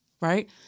Right